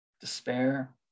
despair